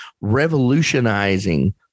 revolutionizing